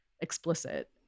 explicit